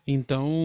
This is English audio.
Então